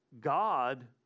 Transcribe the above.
God